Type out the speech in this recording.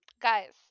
guys